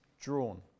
drawn